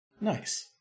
Nice